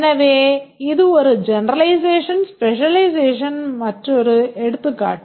எனவே இது ஒரு generalization specializationன் மற்றொரு எடுத்துக்காட்டு